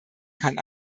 kann